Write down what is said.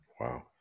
Wow